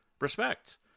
respect